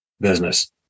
business